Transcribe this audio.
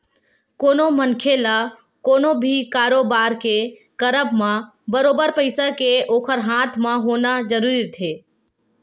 कोनो मनखे ल कोनो भी कारोबार के करब म बरोबर पइसा के ओखर हाथ म होना जरुरी रहिथे